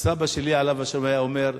אז סבא שלי, עליו השלום, היה אומר: